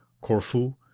Corfu